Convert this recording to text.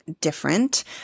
different